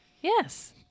Yes